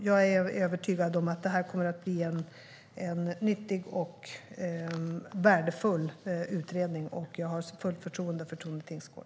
Jag är övertygad om att det kommer att bli en nyttig och värdefull utredning, och jag har fullt förtroende för Tone Tingsgård.